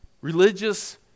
religious